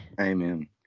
Amen